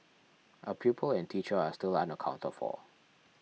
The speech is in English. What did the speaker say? a pupil and teacher are still unaccounted for